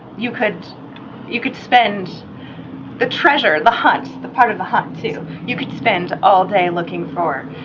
you could you could spend the treasure, the hunt, the part of the hunt, too. you could spend all day looking for,